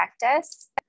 practice